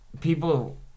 people